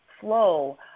flow